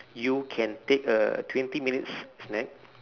you can take a twenty minutes s~ sneak